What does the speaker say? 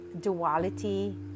duality